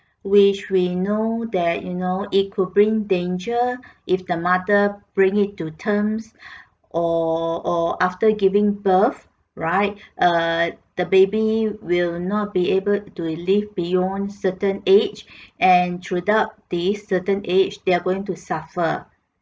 which we know that you know it could bring danger if the mother bring it to terms or or after giving birth right err the baby will not be able to live beyond certain age and throughout this certain age they are going to suffer